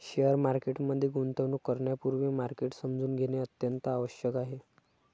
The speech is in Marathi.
शेअर मार्केट मध्ये गुंतवणूक करण्यापूर्वी मार्केट समजून घेणे अत्यंत आवश्यक आहे